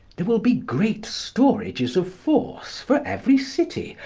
there will be great storages of force for every city,